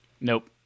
Nope